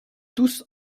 tous